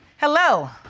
Hello